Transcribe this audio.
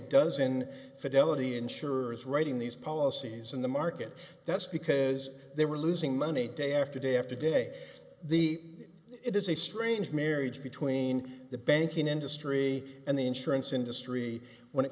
dozen fidelity insurers writing these policies in the market that's because they were losing money day after day after day the it is a strange marriage between the banking industry and the insurance industry when it